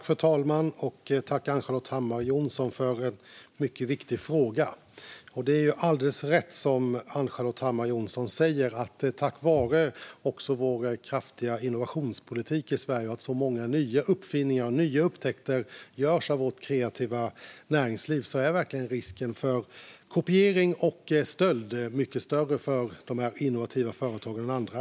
Fru talman! Jag tackar Ann-Charlotte Hammar Johnsson för en mycket viktig fråga. Det är alldeles riktigt som Ann-Charlotte Hammar Johnsson säger att det är tack vare vår kraftiga innovationspolitik i Sverige att så många nya uppfinningar och nya upptäckter görs av vårt kreativa näringsliv. Därför är verkligen risken för kopiering och stölder mycket större för de innovativa företagen än för andra.